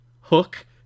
hook